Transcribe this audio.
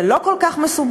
זה לא כל כך מסובך,